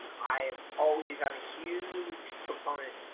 i've always, i'm a huge proponent.